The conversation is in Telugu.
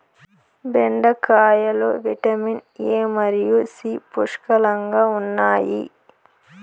బెండకాయలో విటమిన్ ఎ మరియు సి పుష్కలంగా ఉన్నాయి